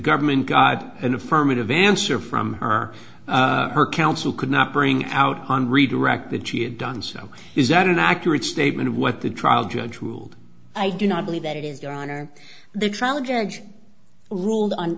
government god an affirmative answer from her or her counsel could not bring out on redirect that she had done so is that an accurate statement of what the trial judge ruled i do not believe that it is your honor the trial judge ruled on